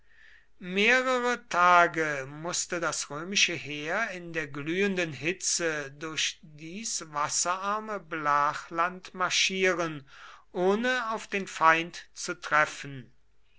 mehrere tage mußte das römische heer in der glühenden hitze durch dies wasserarme blachland marschieren ohne auf den feind zu treffen